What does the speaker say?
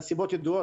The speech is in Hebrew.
הסיבות ידועות,